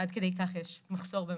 עד כדי כך יש מחסור במידע.